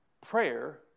Prayer